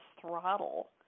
throttle